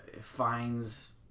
finds